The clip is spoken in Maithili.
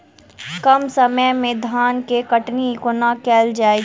कम समय मे धान केँ कटनी कोना कैल जाय छै?